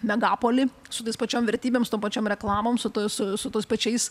megalopolį su tais pačiom vertybėm su tom pačiom reklamom su ta su su tais pačiais